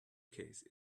case